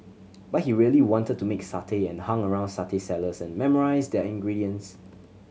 but he really wanted to make satay and hung around satay sellers and memorised their ingredients